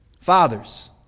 Fathers